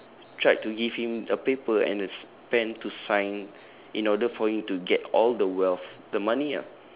tried to give him a paper and a s~ pen to sign in order for him to get all the wealth the money ah